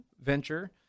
venture